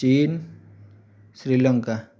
China Sri Lanka